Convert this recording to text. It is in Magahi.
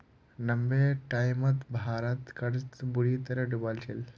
नब्बेर टाइमत भारत कर्जत बुरी तरह डूबाल छिले